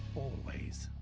always.